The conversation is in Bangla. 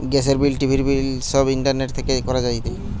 গ্যাসের বিল, টিভির বিল সব ইন্টারনেট থেকে করা যায়টে